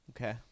Okay